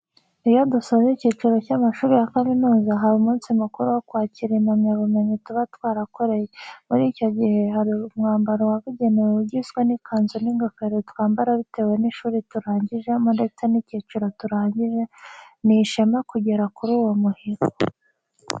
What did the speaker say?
Iyo dusoje ikiciro cy'amashuri ya kaminuza, haba umunsi mukuru wo kwakira impamya bumenyi tuba twarakoreye. Muri icyo gihe hari umwambaro wabugenewe ugizwe n'ikanzu n'ingofero twambara bitewe n'ishuri turangijemo ndetse n'ikiciro turangije, ni ishema kugera kuri uwo muhigo.